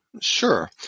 Sure